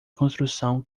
construção